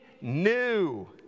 new